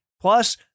Plus